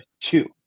two